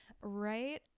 Right